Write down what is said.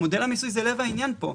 מודל המיסוי הוא לב העניין פה.